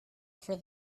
for